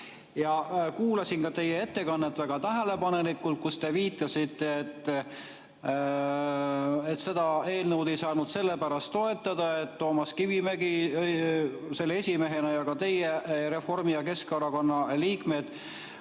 Kuulasin ka teie ettekannet väga tähelepanelikult. Te viitasite, et seda eelnõu ei saanud sellepärast toetada, et Toomas Kivimägi selle esimehena ja ka teie, st Reformi- ja Keskerakonna liikmed,